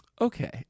okay